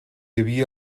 havia